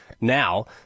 Now